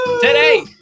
Today